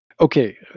okay